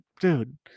Dude